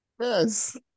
yes